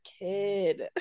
kid